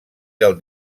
del